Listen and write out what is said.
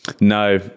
No